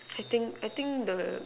I think I think the